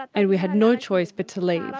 and we had no choice but to leave. ah